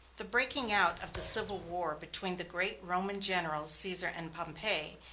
the breaking out of the civil war between the great roman generals caesar and pompey,